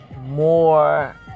more